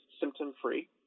symptom-free